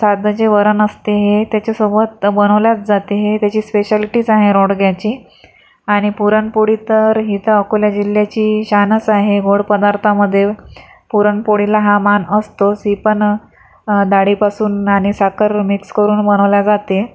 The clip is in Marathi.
साधं जे वरण असते हे त्याच्यासोबत बनवल्याच जाते हे त्याची स्पेशालिटीच आहे रोडग्याची आणि पुरणपोळी तर ही तर अकोला जिल्ह्याची शानच आहे गोड पदार्थामध्ये पुरणपोळीला हा मान असतोच ही पण डाळीपासून आणि साखर मिक्स करून बनवली जाते